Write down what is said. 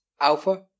alpha